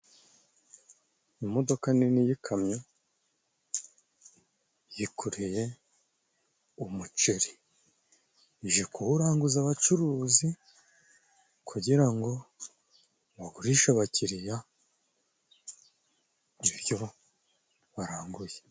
Imodoka nini y'ikamyo yikoreye umuceri ije kuwuranguza abacuruzi kugira ngo bagurishe abakiriya ibyo baranguye.